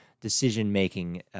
decision-making